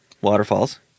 Waterfalls